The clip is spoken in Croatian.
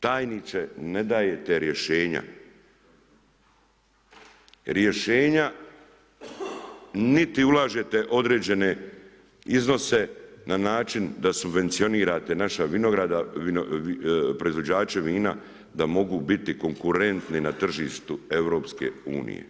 Tajniče ne dajete rješenja, rješenja niti ulažete određene iznose na način da subvencionirate naše proizvođače vina da mogu biti konkurentni na tržištu EU.